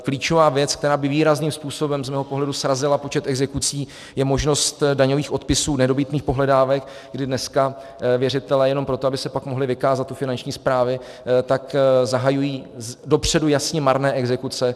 Klíčová věc, která by výrazným způsobem z mého pohledu srazila počet exekucí, je možnost daňových odpisů nedobytných pohledávek, kdy dneska věřitelé jenom proto, aby se pak mohli vykázat u Finanční správy, zahajují dopředu jasně marné exekuce.